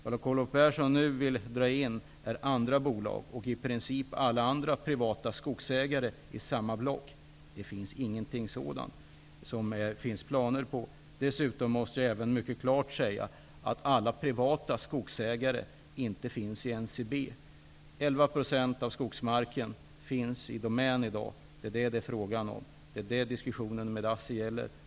Det Carl Olov Persson nu vill göra är att dra in andra bolag och i princip alla privata skogsägare i samma block. Det finns inga planer på någonting sådant. Dessutom måste jag mycket klart säga att alla privata skogsägare inte ingår i NCB. 11 % av skogsmarken finns inom Domän i dag. Det är detta det är fråga om, det är vad diskussionen med ASSI gäller.